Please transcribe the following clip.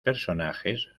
personajes